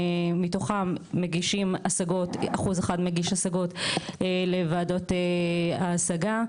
מתוכם מגישים השגות 1% מגיש השגות לוועדות ההשגה.